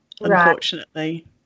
unfortunately